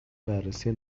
بررسی